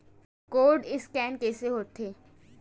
Code scan कइसे होथे?